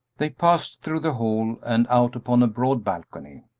they passed through the hall and out upon a broad balcony.